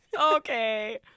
Okay